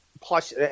Plus